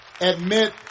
admit